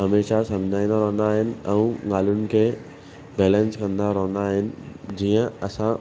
हमेशा सम्झाईंदा रहंदा आहिनि ऐं ॻाल्हियुनि खे बैलेंस कंदा रहंदा आहिनि जीअं असां